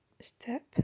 step